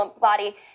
body